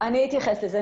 אני אתייחס לזה,